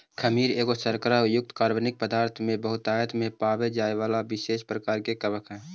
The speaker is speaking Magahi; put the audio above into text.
खमीर एगो शर्करा युक्त कार्बनिक पदार्थ में बहुतायत में पाबे जाए बला विशेष प्रकार के कवक हई